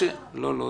לא למחוא כפיים.